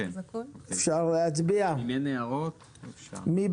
אבל לא תהיה אפליה של רכב שיובא לארץ אל מול רכב שהפיילוט בוצע עליו